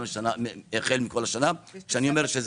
תוספת?